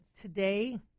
Today